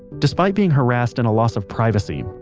despite being harrassed and loss of privacy,